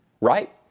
Right